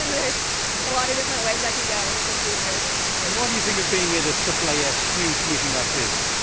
there's a lot of different ways i can go with this research. and um what do you think of being at a aaas huge meeting like this?